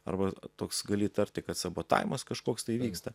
arba toks gali įtarti kad sabotavimas kažkoks tai vyksta